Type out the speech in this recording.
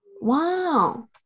Wow